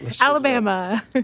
Alabama